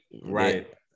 right